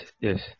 yes